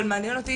אבל מעניין אותי